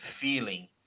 feeling